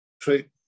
trade